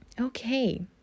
Okay